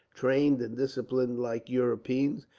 trained and disciplined like europeans,